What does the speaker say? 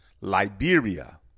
Liberia